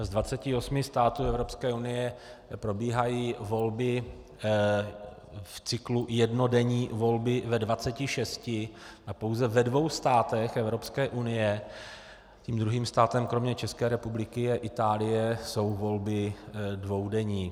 Z 28 států Evropské unie probíhají volby v cyklu jednodenní volby ve 26 a pouze ve dvou státech Evropské unie tím druhým státem kromě České republiky je Itálie jsou volby dvoudenní.